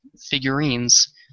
figurines